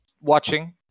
Watching